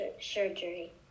surgery